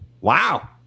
wow